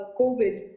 COVID